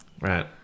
Right